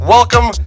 Welcome